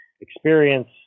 experience